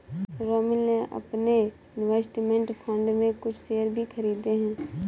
रोमिल ने अपने investment fund से कुछ शेयर भी खरीदे है